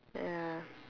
ya